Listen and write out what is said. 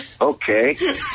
okay